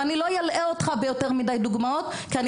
ואני לא אלאה אותך ביותר מדי דוגמאות כי אני